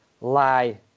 lie